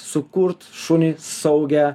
sukurt šuniui saugią